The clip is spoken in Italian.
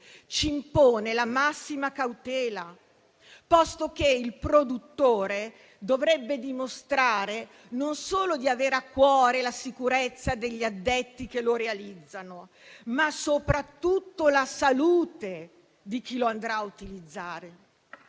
ci impone la massima cautela, posto che il produttore dovrebbe dimostrare non solo di avere a cuore la sicurezza degli addetti che lo realizzano, ma soprattutto la salute di chi lo andrà a utilizzare.